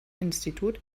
institut